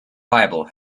bible